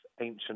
ancient